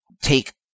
take